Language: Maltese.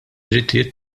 drittijiet